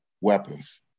weapons